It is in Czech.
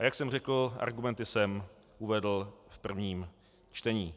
A jak jsem řekl, argumenty jsem uvedl v prvním čtení.